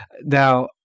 now